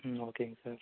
ம் ஓகேங்க சார்